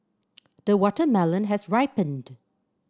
the watermelon has ripened